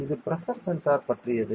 எனவே இது pressure sensor பற்றியது